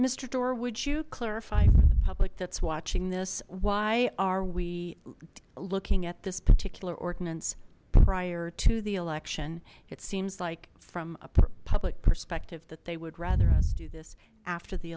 mister door would you clarify for the public that's watching this why are we looking at this particular ordinance prior to the election it seems like from a public perspective that they would rather us do this after the